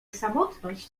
samotność